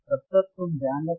तब तक तुम ध्यान रखना